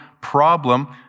problem